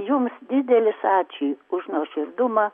jums didelis ačiū už nuoširdumą